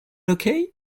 okay